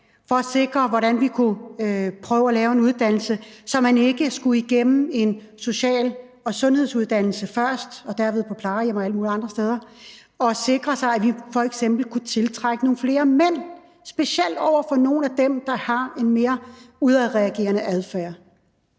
for at se, hvordan vi kunne prøve at lave en uddannelse, så man ikke skulle igennem en social- og sundhedsuddannelse først og dermed på plejehjem og alle mulige andre steder, og for at sikre, at vi f.eks. kunne tiltrække nogle flere mænd, specielt i forhold til dem, der har en mere udadreagerende adfærd.